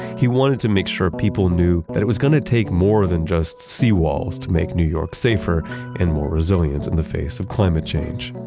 he wanted to make sure people knew that it was going to take more than just seawalls to make new york safer and more resilient in the face of climate change.